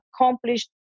accomplished